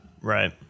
Right